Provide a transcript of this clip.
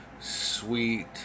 sweet